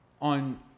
on